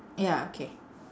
ya okay